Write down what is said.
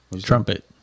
Trumpet